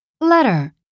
Letter